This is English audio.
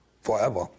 forever